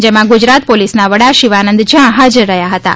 જેમાં ગુજરાત પોલીસના વડા શિવાનંદ ઝા હાજર રહ્યાં હતાં